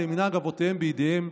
אלא מנהג אבותיהם בידיהם,